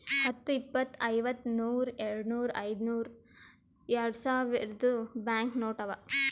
ಹತ್ತು, ಇಪ್ಪತ್, ಐವತ್ತ, ನೂರ್, ಯಾಡ್ನೂರ್, ಐಯ್ದನೂರ್, ಯಾಡ್ಸಾವಿರ್ದು ಬ್ಯಾಂಕ್ ನೋಟ್ ಅವಾ